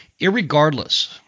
irregardless